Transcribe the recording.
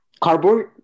Cardboard